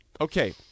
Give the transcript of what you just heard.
Okay